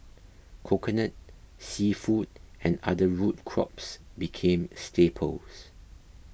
Coconut Seafood and other root crops became staples